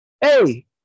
hey